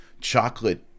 chocolate